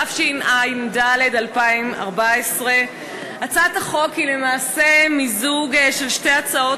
התשע"ד 2014. הצעת החוק היא למעשה מיזוג של שתי הצעות